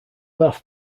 bath